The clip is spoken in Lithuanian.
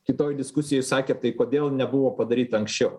kitoj diskusijoj sakė tai kodėl nebuvo padaryta anksčiau